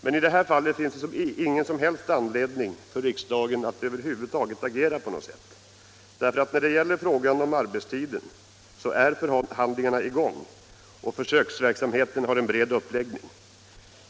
Men i det här fallet finns det ingen som helst anledning för riksdagen att över huvud taget agera på något sätt. När det gäller frågan om arbetstiden är nämligen förhandlingar i gång, och försöksverksamheten har en bred uppläggning.